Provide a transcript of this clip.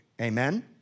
amen